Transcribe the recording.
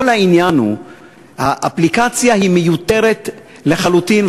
כל העניין הוא שהאפליקציה מיותרת לחלוטין.